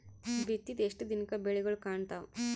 ಬಿತ್ತಿದ ಎಷ್ಟು ದಿನಕ ಬೆಳಿಗೋಳ ಕಾಣತಾವ?